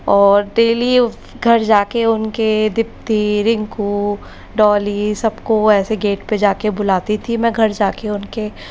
और डेली घर जाकर उनके दिप्ति रिंकू डॉली सब को वो ऐसे गेट पर जाकर बुलाती थी मैं घर जाकर उनके